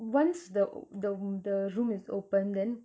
once the the the room is open then